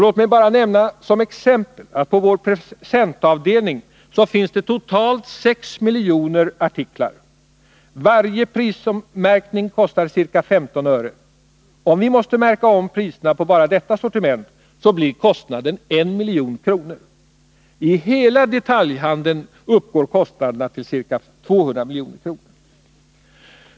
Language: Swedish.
Låt mig som exempel nämna att det på vår presentavdelning finns totalt ca 6 miljoner artiklar. Varje prisommärkning kostar ca 15 öre. Om vi måste märka om priserna på bara detta sortiment, blir kostnaden 1 milj.kr. I hela detaljhandeln uppgår kostnaden till ca 200 milj.kr.